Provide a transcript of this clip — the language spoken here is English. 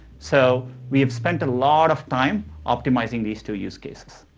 so we've spent a lot of time optimizing these two use cases.